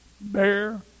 bear